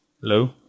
Hello